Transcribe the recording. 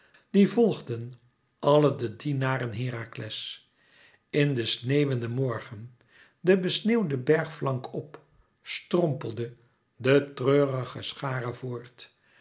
die volgden àlle de dienaren herakles in den sneeuwenden morgen den besneeuwden bergflank op strompelde de treurige schare voort